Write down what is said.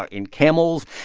ah in camels.